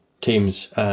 teams